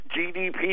GDP